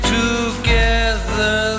together